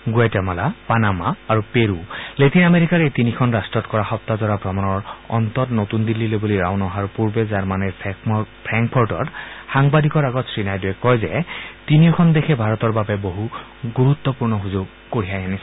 Guatemala Panama আৰু Peru Latin আমেৰিকাৰ এই তিনিখন ৰাট্টত কৰা সপ্তাহজোৰা ভ্ৰমণৰ অন্তত নতুন দিল্লীলৈ বুলি ৰাওনা হোৱাৰ পৰ্বে জাৰ্মনীৰ ফ্ৰেংকফৰ্টত সাংবাদিকৰ আগত শ্ৰীনাইডুৱে কয় যে তিনিওখন দেশে ভাৰতৰ বাবে বহু গুৰুত্বপূৰ্ণ সুযোগ কঢ়িয়াই আনিছে